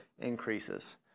increases